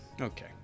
Okay